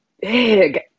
Big